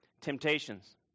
temptations